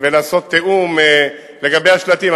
ולעשות תיאום לגבי השלטים,